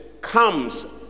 comes